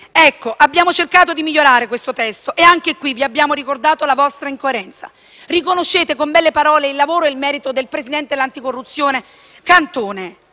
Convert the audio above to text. Abbiamo cercato di migliorare questo testo e anche in questo caso vi abbiamo ricordato la vostra incoerenza. Riconoscete con belle parole il lavoro e il merito del presidente dell'Autorità nazionale